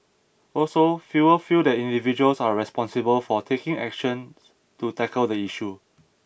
also fewer feel that individuals are responsible for taking action to tackle the issue